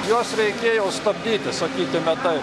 juos reikėjo stabdyti sakykime taip